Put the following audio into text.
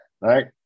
right